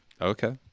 Okay